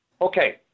okay